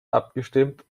abgestimmt